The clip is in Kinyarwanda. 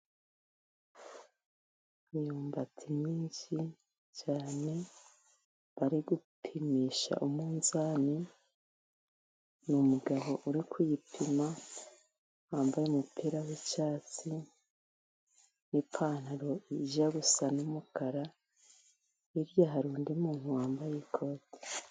Imyumbati myinshi cyane bari gupimisha umunzani. Ni umugabo uri kuyipima wambaye umupira w'icyatsi n'ipantaro ijya gusa n'umukara. Hirya hari undi muntu wambaye ikote.